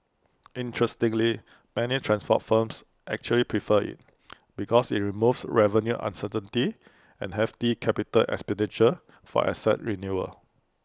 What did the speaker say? interestingly many transport firms actually prefer IT because IT removes revenue uncertainty and hefty capital expenditure for asset renewal